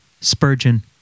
Spurgeon